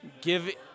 give